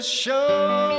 show